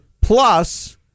Plus